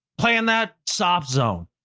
playing that soft zone.